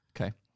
Okay